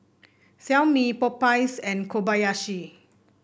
Xiaomi Popeyes and Kobayashi